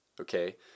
okay